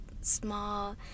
small